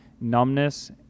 numbness